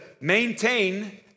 maintain